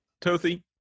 Tothy